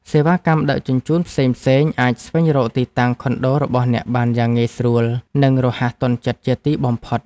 សេវាកម្មដឹកជញ្ជូនផ្សេងៗអាចស្វែងរកទីតាំងខុនដូរបស់អ្នកបានយ៉ាងងាយស្រួល និងរហ័សទាន់ចិត្តជាទីបំផុត។